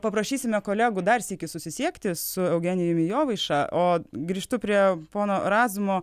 paprašysime kolegų dar sykį susisiekti su eugenijumi jovaiša o grįžtu prie pono razmo